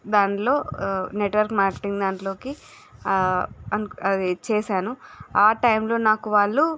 దానిలో network marketing దాంట్లోకి అవి చేశాను ఆ టైమ్లో నాకు వాళ్ళు